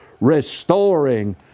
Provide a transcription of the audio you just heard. restoring